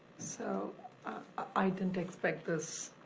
so i didn't expect this